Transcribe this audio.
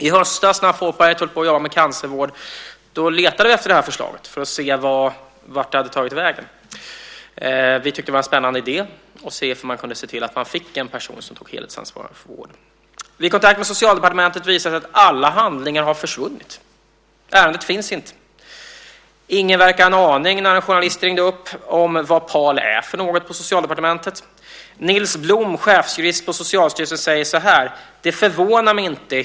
I höstas, när Folkpartiet jobbade med cancervård, letade vi efter det här förslaget för att se vart det hade tagit vägen. Vi tyckte att det var en spännande idé att se om man kunde se till att få en person som tog helhetsansvaret för vården. Vid kontakt med Socialdepartementet visade det sig att alla handlingar hade försvunnit. Ärendet fanns inte. När en journalist ringde upp verkade ingen på Socialdepartementet ha en aning om vad PAL är för något. Nils Blom, chefsjurist på Socialstyrelsen, säger så här: Det förvånar mig inte.